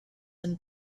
and